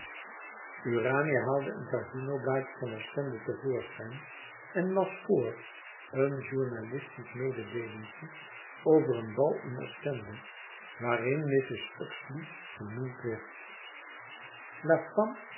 urania haalde een casino blaadje van ostende te voorschijn en las voor een journalistisch mededeelinkje over een bal in ostende waarin mrs uxeley genoemd werd